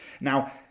Now